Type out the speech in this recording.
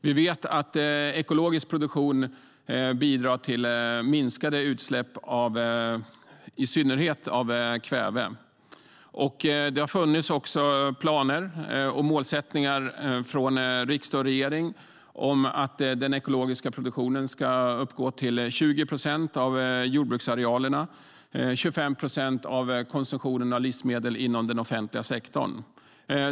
Vi vet att ekologisk produktion bidrar till minskade utsläpp av i synnerhet kväve. Det har från riksdag och regering funnits planer på och målsättningar för att den ekologiska produktionen ska uppgå till 20 procent av jordbruksarealerna och 25 procent av konsumtionen av livsmedel inom den offentliga sektorn.